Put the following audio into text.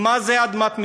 מה זה אדמת מדינה?